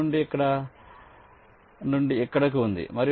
5 ఇక్కడ నుండి ఇక్కడకు ఉంది